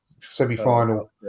semi-final